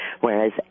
whereas